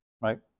Right